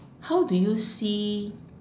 how do you see